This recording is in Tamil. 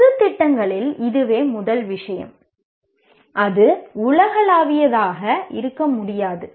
பொதுத் திட்டங்களில் இதுவே முதல் விஷயம் அது உலகளாவியதாக இருக்க முடியாது